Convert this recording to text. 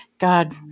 God